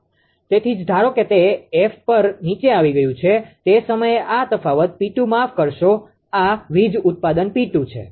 તેથી જ ધારો કે તે એફ પર નીચે આવી ગયું છે તે સમયે આ તફાવત 𝑃2 માફ કરશો આ વીજ ઉત્પાદન 𝑃2 છે